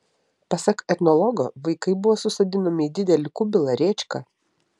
pasak etnologo vaikai buvo susodinami į didelį kubilą rėčką